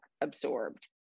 absorbed